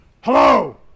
Hello